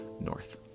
North